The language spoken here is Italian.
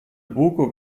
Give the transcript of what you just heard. buco